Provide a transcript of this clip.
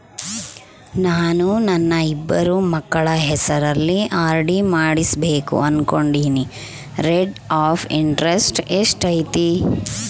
ನಾನು ನನ್ನ ಇಬ್ಬರು ಮಕ್ಕಳ ಹೆಸರಲ್ಲಿ ಆರ್.ಡಿ ಮಾಡಿಸಬೇಕು ಅನುಕೊಂಡಿನಿ ರೇಟ್ ಆಫ್ ಇಂಟರೆಸ್ಟ್ ಎಷ್ಟೈತಿ?